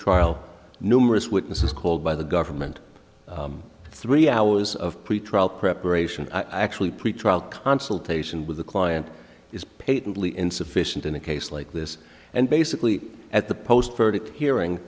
trial numerous witnesses called by the government three hours of pretrial preparation i actually pretrial consultation with a client is paid an insufficient in a case like this and basically at the post verdict hearing